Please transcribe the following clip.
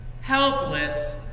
helpless